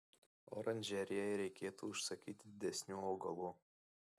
oranžerijai reikėtų užsakyti didesnių augalų